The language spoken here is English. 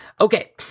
Okay